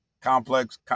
complex